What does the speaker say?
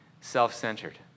self-centered